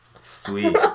Sweet